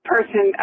person